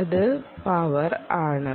അത് പവർ ആണ്